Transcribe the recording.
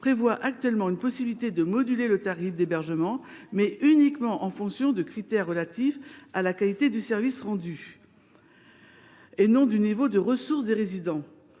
prévoit actuellement une possibilité de moduler le tarif d’hébergement, en fonction de critères relatifs à la qualité du service rendu et non du niveau de ressources des résidents.